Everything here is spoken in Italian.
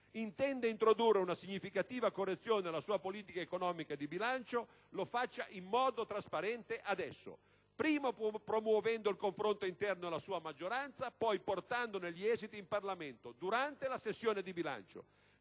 intende introdurre una significativa correzione alla sua politica economica e di bilancio, lo faccia in modo trasparente adesso, prima promuovendo il confronto interno alla sua maggioranza, poi portandone gli esiti in Parlamento, durante la sessione di bilancio.